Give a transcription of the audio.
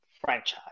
franchise